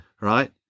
Right